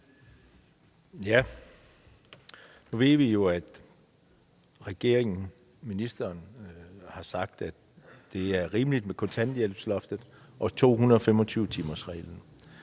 (S): Nu ved vi jo at regeringen, ministeren, har sagt, at kontanthjælpsloftet og 225-timersreglen